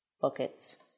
buckets